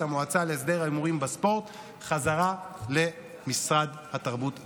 המועצה להסדר ההימורים בספורט בחזרה למשרד התרבות והספורט.